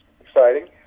exciting